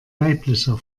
weiblicher